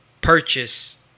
Purchase